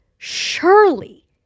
surely